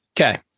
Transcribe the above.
Okay